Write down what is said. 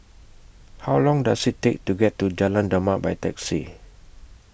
How Long Does IT Take to get to Jalan Demak By Taxi